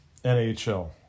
NHL